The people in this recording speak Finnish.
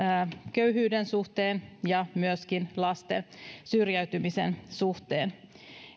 köyhyyden suhteen ja myöskin lasten syrjäytymisen suhteen